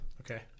Okay